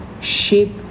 shape